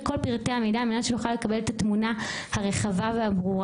כל פרטי המידע על מנת שנוכל לקבל את התמונה הרחבה והברורה.